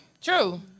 True